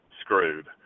screwed